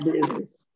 business